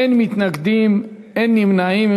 אין מתנגדים, אין נמנעים.